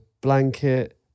blanket